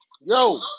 Yo